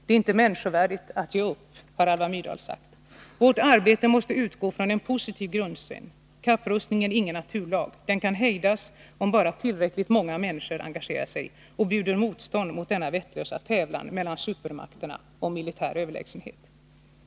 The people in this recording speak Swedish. ”Det är inte människovärdigt att ge upp”, har Alva Myrdal sagt. Vårt arbete måste utgå från en positiv grundsyn: Kapprustningen är ingen naturlag. Den kan hejdas, om bara tillräckligt många människor engagerar sig och bjuder motstånd mot denna vettlösa tävlan mellan supermakterna om militär överlägsenhet.